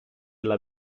alla